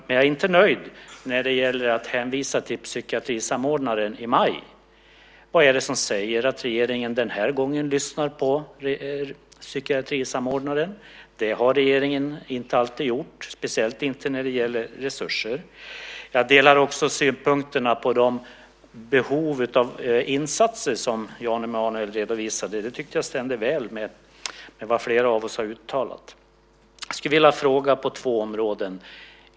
Men jag är inte nöjd när det gäller att hänvisa till psykiatrisamordnaren i maj. Vad är det som säger att regeringen den här gången lyssnar på psykiatrisamordnaren? Det har regeringen inte alltid gjort, speciellt inte när det gäller resurser. Jag delar också de synpunkter på behov av insatser som Jan Emanuel redovisade. Jag tyckte att det stämde väl med vad flera av oss har uttalat. Jag skulle vilja ta upp två områden.